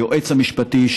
היועץ המשפטי,